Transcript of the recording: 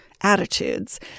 attitudes